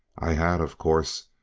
i had, of course,